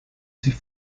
sich